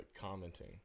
commenting